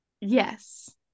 Yes